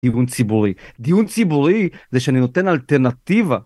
דיון ציבורי, דיון ציבורי זה שאני נותן אלטרנטיבה